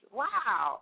wow